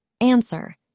Answer